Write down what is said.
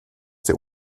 der